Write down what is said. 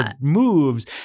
moves